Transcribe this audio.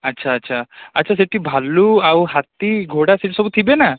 ଆଚ୍ଛା ଆଚ୍ଛା ଆଚ୍ଛା ସେଠି ଭାଲୁ ଆଉ ହାତୀ ଘୋଡ଼ା ସେଠି ସବୁ ଥିବେ ନା